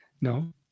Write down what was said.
no